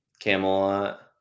Camelot